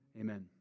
Amen